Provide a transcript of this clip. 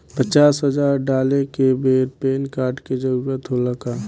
पचास हजार डाले के बेर पैन कार्ड के जरूरत होला का?